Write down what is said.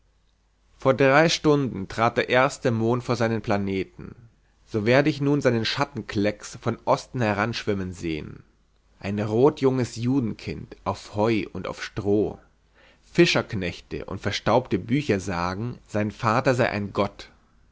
vor drei stunden trat der erste mond vor seinen planeten so werde ich nun seinen schattenklecks von osten heranschwimmen sehen ein rotjunges judenkind auf heu und auf stroh fischerknechte und verstaubte bücher sagen sein vater sei ein gott